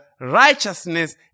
righteousness